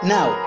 Now